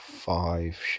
five